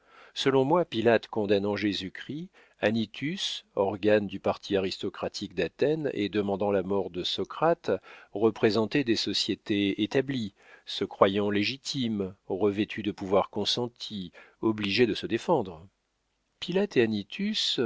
selon moi pilate condamnant jésus-christ anytus organe du parti aristocratique d'athènes et demandant la mort de socrate représentaient des sociétés établies se croyant légitimes revêtues de pouvoirs consentis obligées de se défendre pilate